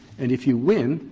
and if you win,